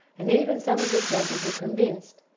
and even some of the judges were convinced.